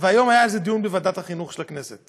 והיום היה על זה דיון בוועדת החינוך של הכנסת,